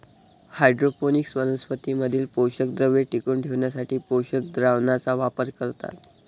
hydroponics वनस्पतीं मधील पोषकद्रव्ये टिकवून ठेवण्यासाठी पोषक द्रावणाचा वापर करतात